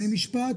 אני משפט,